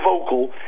vocal